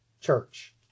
church